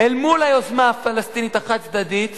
אל מול היוזמה הפלסטינית החד-צדדית